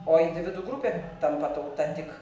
o individų grupė tampa tauta tik